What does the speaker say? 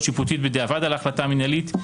שיפוטית בדיעבד על ההחלטה המנהלית,